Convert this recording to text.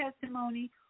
testimony